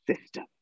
system